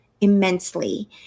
immensely